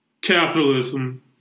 capitalism